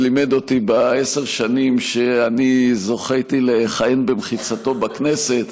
לימד אותי בעשר השנים שאני זכיתי לכהן במחיצתו בכנסת